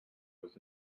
was